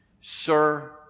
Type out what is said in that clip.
Sir